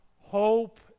Hope